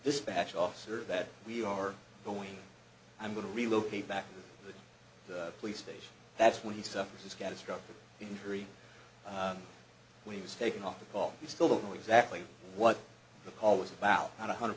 dispatch officer that we are going i'm going to relocate back to the police station that's when he suffers catastrophic injury when he was taken off the call we still don't know exactly what the call was about one hundred